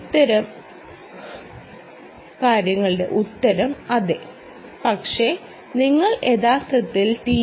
ഉത്തരം അതെ പക്ഷേ നിങ്ങൾ യഥാർത്ഥത്തിൽ ടി